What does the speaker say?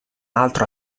altro